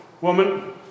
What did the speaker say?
woman